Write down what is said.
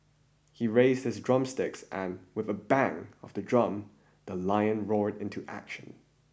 he raised his drumsticks and with a bang of the drum the lions roared into action